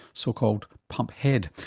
so called pump head,